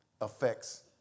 affects